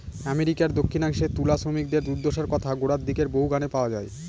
আমেরিকার দক্ষিনাংশে তুলা শ্রমিকদের দূর্দশার কথা গোড়ার দিকের বহু গানে পাওয়া যায়